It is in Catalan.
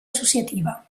associativa